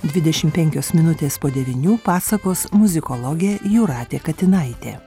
dvidešimt penkios minutės po devynių pasakos muzikologė jūratė katinaitė